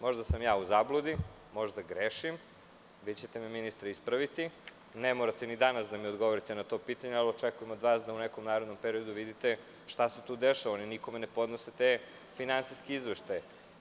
Možda sam ja u zabludi, možda grešim, a vi ćete me ministre ispraviti, ne morate ni danas da mi odgovorite na to pitanje, ali očekujem od vas da u nekom narednom periodu vidite šta se tu dešava, ne podnose se ti finansijski izveštaji, oni nikome ne podnose.